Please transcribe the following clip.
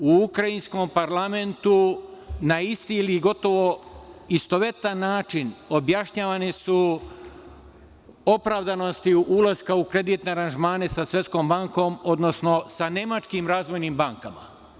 U Ukrajinskom parlamentu na isti, ili gotovo istovetan način objašnjavane su opravdanosti ulaska u kreditne aranžmane sa Svetskom bankom, odnosno sa Nemačkim razvojnim bankama.